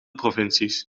provincies